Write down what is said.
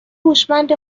هوشمند